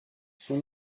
son